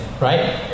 right